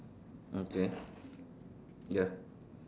okay ya